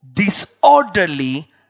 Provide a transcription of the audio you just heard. disorderly